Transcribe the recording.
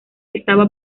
estaba